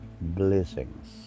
blessings